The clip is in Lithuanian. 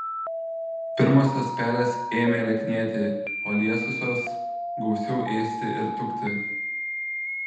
pirmosios pelės ėmė lieknėti o liesosios gausiau ėsti ir tukti